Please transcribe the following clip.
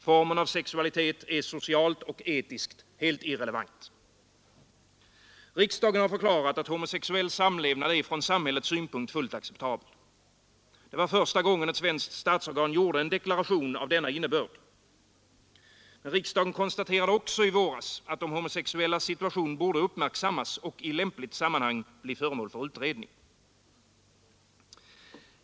Formen av sexualitet är socialt och etiskt helt irrelevant. Riksdagen har förklarat att homosexuell samlevnad är från samhällets synpunkt fullt acceptabel. Det var första gången ett svenskt statsorgan gjorde en deklaration av denna innebörd. Men riksdagen konstaterade också i våras, att de homosexuellas situation borde uppmärksammas och i lämpligt sammanhang bli föremål för utredning.